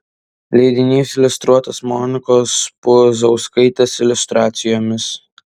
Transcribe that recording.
leidinys iliustruotas monikos puzauskaitės iliustracijomis